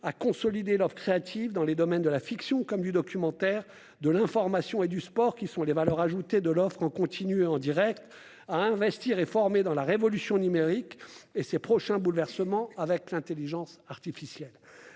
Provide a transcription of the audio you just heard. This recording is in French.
consolider l'offre créative dans les domaines de la fiction comme du documentaire, de l'information et du sport, qui sont les valeurs ajoutées de l'offre en continu et en direct, pour investir dans la révolution numérique, s'y former et se préparer à ses prochains bouleversements induits par l'intelligence artificielle